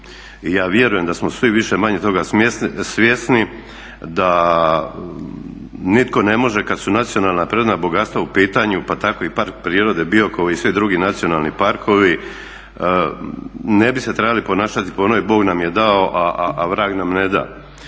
i ja vjerujem da smo svi više-manje toga svjesni, da nitko ne može kad su nacionalna prirodna bogatstva u pitanju pa tako i Park prirode Biokovo i svi drugi nacionalni parkovi ne bi se trebali ponašati po onoj bog nam je dao, a vrag nam ne da.